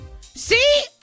See